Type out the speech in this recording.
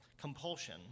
compulsion